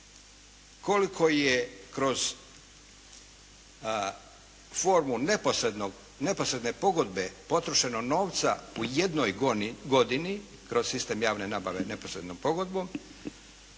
koliko je kroz formu neposredne pogodbe potrošeno novca u jednoj godini, kroz sistem javne nabave neposrednom pogodbom